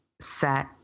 set